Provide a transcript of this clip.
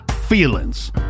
feelings